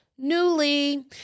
Newly